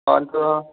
अन्त